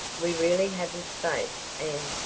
we really haven't space, and,